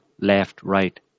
left-right